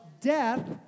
death